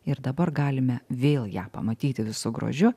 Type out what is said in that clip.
ir dabar galime vėl ją pamatyti visu grožiu